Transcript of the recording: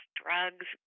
drugs